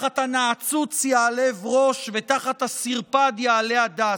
"תחת הנעצוץ יעלה ברוש ותחת הסרפד יעלה הדס".